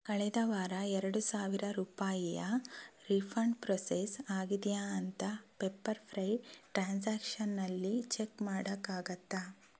ಕಳೆದ ವಾರ ಎರಡು ಸಾವಿರ ರೂಪಾಯಿಯ ರೀಫಂಡ್ ಪ್ರೋಸೆಸ್ ಆಗಿದೆಯಾ ಅಂತ ಪೆಪ್ಪರ್ಫ್ರೈ ಟ್ರಾನ್ಸಾಕ್ಷನ್ನಲ್ಲಿ ಚೆಕ್ ಮಾಡೋಕ್ಕಾಗತ್ತಾ